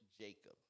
Jacob